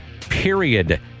period